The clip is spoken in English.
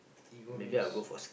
evil means